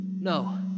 No